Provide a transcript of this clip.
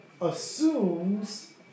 assumes